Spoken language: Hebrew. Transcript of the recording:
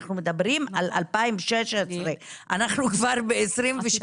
אנחנו מדברים על 2016. אנחנו כבר ב-2023.